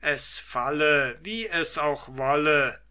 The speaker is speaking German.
es falle wie es auch wolle